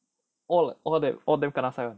all all of them kanasai [one]